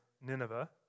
Nineveh